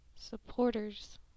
supporters